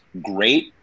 great